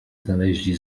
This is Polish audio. znaleźli